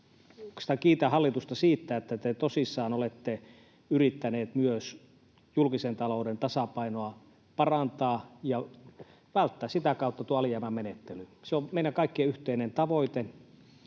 kiitän hallitusta siitä, että te tosissanne olette yrittäneet myös julkisen talouden tasapainoa parantaa ja välttää sitä kautta tuon alijäämämenettelyn. Se on meidän kaikkien yhteinen tavoite.